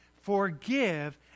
forgive